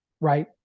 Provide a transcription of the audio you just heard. right